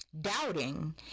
doubting